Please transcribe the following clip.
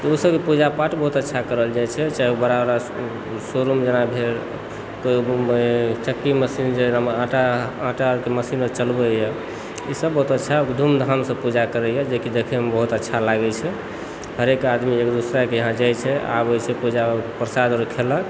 तऽ ओ सभकेँ पूजा पाठ बहुत अच्छासे करल जाइ छै चाहे ओ बड़ा बड़ा शो रुम जेना भेल तऽ चक्की मशीन जेकरामे आटा आटाके मशीनअर चलबैए ईसभ बहुत अच्छा धूमधाम से पूजा करयए जेकि देखयमे बहुत अच्छा लागैत छै हरेक आदमी एक दोसराके यहाँ जाइत छै आबय छै पूजामे प्रसादअर खेलक